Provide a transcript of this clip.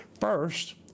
first